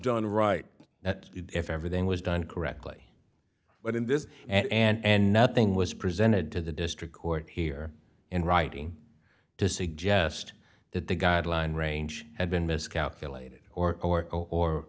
done right that if everything was done correctly but in this and nothing was presented to the district court here in writing to suggest that the guideline range had been miscalculated or or